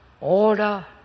order